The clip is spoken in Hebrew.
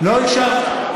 לא הקשבת.